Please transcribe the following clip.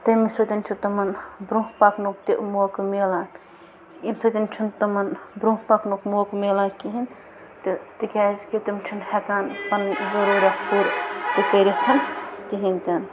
تمہِ سۭتۍ چھُ تِمن برٛۄنہہ پکنُک تہِ موقعہٕ میلان یمہِ سۭتۍ چھُنہٕ تِمن برٛۄنہہ پکنُک موقعہٕ میلان کِہینۍ تہٕ تِکیٛازِ کہِ تِم چھِنہٕ ہیٚکان پنٕنۍ ضُرورِیات پورٕ کٔرِتھ کِہیٖنۍ تہِ نہٕ